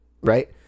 right